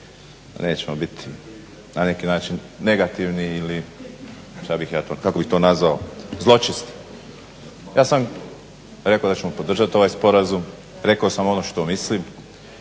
nećemo biti na neki način negativni ili kako bih to nazvao zločesti. Ja sam rekao da ćemo podržati ovaj sporazum, rekao sam ono što mislim.